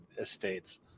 estates